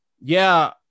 yeah-